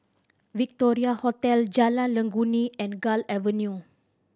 Victoria Hotel Jalan Legundi and Gul Avenue